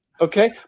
Okay